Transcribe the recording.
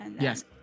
Yes